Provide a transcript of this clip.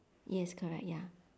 yes correct ya